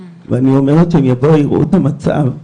אני אומרת, שהם יבואו ויראו את המצב,